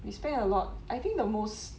we spend a lot I think the most